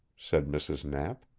said mrs. knapp.